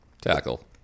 tackle